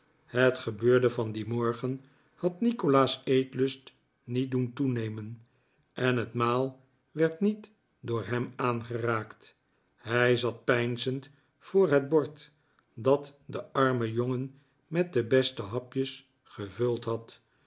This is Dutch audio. het gebeurde van dien morgen had nikolaas eetlust niet doen toenemen en het maal werd niet door hem aangeraakt hij zat peinzend voor het bord dat de arme jongen met de beste hapjes gevuld had